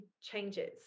changes